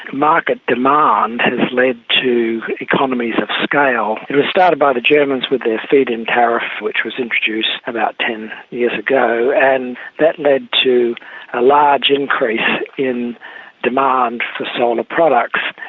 market demand has led to economies of scale. it was started by the germans with their feed-in tariffs, which was introduced about ten years ago, and that led to a large increase in demand for solar products.